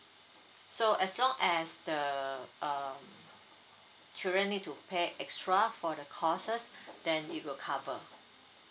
so as long as the um children need to pay extra for the courses then it will cover